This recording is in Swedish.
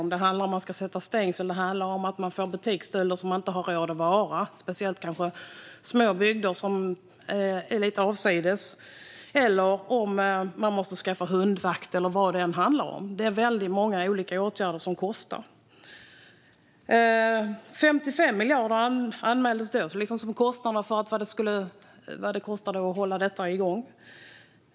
Det kan handla om att man måste sätta upp stängsel, att man utsätts för butiksstölder så att man inte kan ha kvar butiken - ett problem särskilt i bygder som är lite avsides - att man måste skaffa vakthundar eller vad det nu kan vara. Det är väldigt många olika åtgärder som kostar. 55 miljarder angavs som kostnaden för att hålla detta igång.